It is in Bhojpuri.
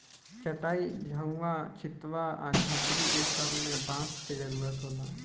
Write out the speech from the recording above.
चाटाई, झउवा, छित्वा आ झोपड़ी ए सब मे बांस के जरुरत होला